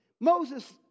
Moses